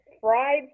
fried